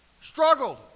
struggled